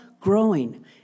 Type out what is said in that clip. growing